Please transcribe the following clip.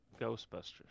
Ghostbusters